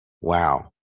wow